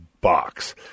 box